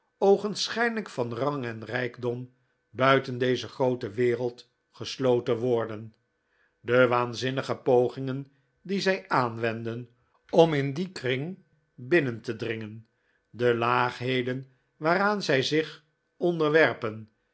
oogenschijnlijk van rang en rijkdom buiten deze groote wereld gesloten worden de waanzinnige pogingen die zij aanwenden om in dien kring binnen te dringen de laagheden waaraan zij zich onderwerpen